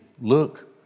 look